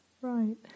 Right